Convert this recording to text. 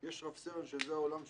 יש רב סרן שזה העולם שלו.